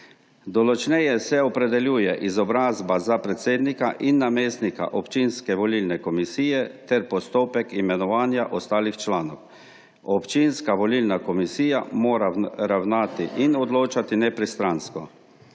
Določneje se opredeljuje izobrazba za predsednika in namestnika občinske volilne komisije ter postopek imenovanja ostalih članov. Občinska volilna komisija mora ravnati in odločati nepristransko.